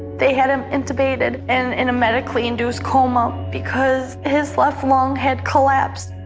they had him intubated and in a medically induced coma because his left lung had collapsed,